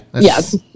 Yes